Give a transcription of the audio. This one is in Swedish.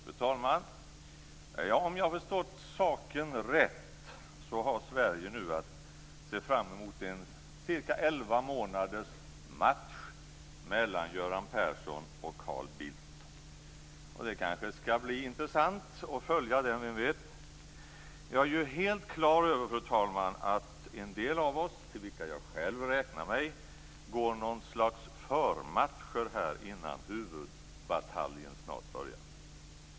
Fru talman! Om jag förstått saken rätt så har Sverige nu att se fram mot en ca 11 månaders match mellan Göran Persson och Carl Bildt. Det kanske skall bli intressant att följa den, vem vet? Jag är ju helt på det klara med att en del av oss, till vilka jag själv räknar mig, går något slags förmatcher här innan huvudbataljen snart börjar.